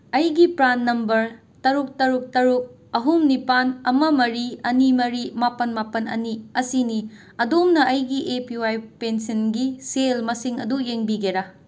ꯑꯩꯒꯤ PRAN number ꯇꯔꯨꯛ ꯇꯔꯨꯛ ꯇꯔꯨꯛ ꯑꯍꯨꯝ ꯅꯤꯄꯥꯟ ꯑꯃ ꯃꯔꯤ ꯑꯅꯤ ꯃꯔꯤ ꯃꯥꯄꯟ ꯃꯥꯄꯟ ꯑꯅꯤ ꯑꯁꯤꯅꯤ ꯑꯗꯣꯝꯅ ꯑꯩꯒꯤ ꯑꯦ ꯄꯤ ꯋꯥꯏ ꯄꯦꯟꯁꯤꯟꯒꯤ ꯁꯦꯜ ꯃꯁꯤꯡ ꯑꯗꯨ ꯌꯦꯡꯕꯤꯒꯦꯔꯥ